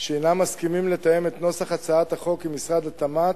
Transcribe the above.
שהם מסכימים לתאם את נוסח הצעת החוק עם משרד התמ"ת,